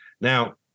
Now